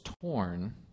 torn